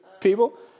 people